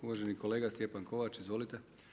Uvaženi kolega Stjepan Kovač, izvolite.